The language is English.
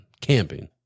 Camping